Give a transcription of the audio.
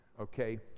okay